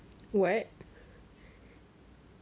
what